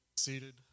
seated